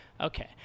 Okay